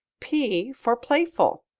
p for playful.